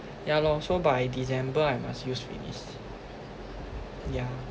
ya lor so by december I must use finish yeah